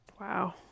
wow